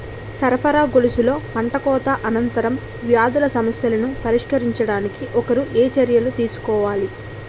సరఫరా గొలుసులో పంటకోత అనంతర వ్యాధుల సమస్యలను పరిష్కరించడానికి ఒకరు ఏ చర్యలు తీసుకోవాలి?